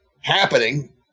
happening